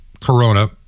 corona